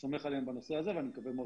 סומך עליהם בנושא הזה ואני מקווה מאוד